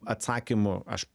atsakymu aš